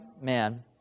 man